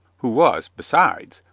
who was, besides,